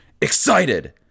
excited